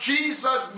Jesus